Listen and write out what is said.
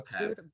okay